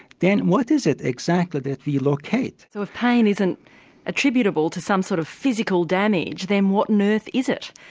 then what is it exactly that we locate? so if pain isn't attributable to some sort of physical damage then what on earth is it?